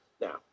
Now